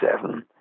seven